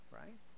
right